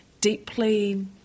deeply